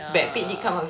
ya